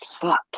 Fuck